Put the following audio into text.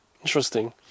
interesting